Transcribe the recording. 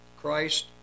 Christ